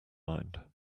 mind